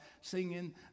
singing